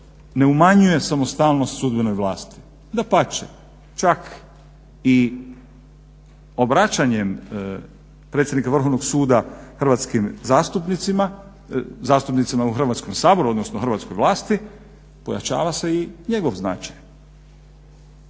ne umanjuje samostalnost sudbenoj vlasti, dapače čak i obraćanjem predsjednika Vrhovnog suda hrvatskim zastupnicima, zastupnicima u Hrvatskom saboru, odnosno hrvatskoj vlasti, pojačava se i njegov značaj.